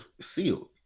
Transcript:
sealed